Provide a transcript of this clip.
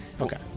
Okay